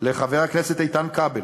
לחבר הכנסת איתן כבל,